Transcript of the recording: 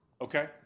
Okay